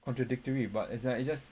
contradictory but it's like just